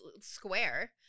square